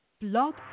Blog